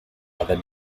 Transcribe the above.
other